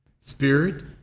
Spirit